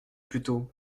plutôt